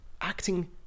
acting